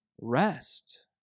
rest